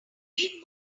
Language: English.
read